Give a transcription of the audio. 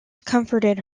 comforted